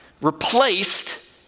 replaced